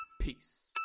Peace